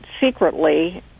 secretly